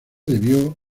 debió